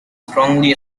strongly